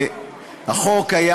התשע"ו 2015,